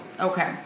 Okay